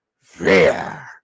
fear